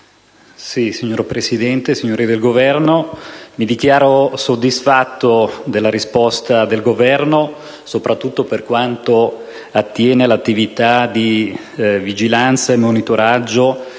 Signora Presidente, signori del Governo, mi dichiaro soddisfatto della risposta del Sottosegretario, soprattutto per quanto attiene all'attività di vigilanza e monitoraggio